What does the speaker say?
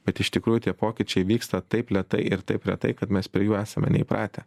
bet iš tikrųjų tie pokyčiai vyksta taip lėtai ir taip retai kad mes prie jų esame neįpratę